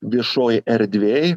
viešoj erdvėj